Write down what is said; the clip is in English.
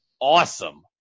awesome